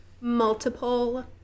multiple